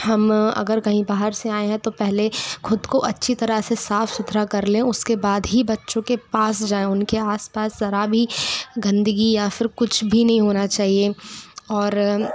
हम अगर कहीं बाहर से आएं है तो पहले ख़ुद को अच्छी तरह से साफ़ सुथरा कर लें उसके बाद ही बच्चों के पास जाएं उनके आस पास ज़रा भी गंदगी या फिर कुछ भी नहीं होना चाहिए और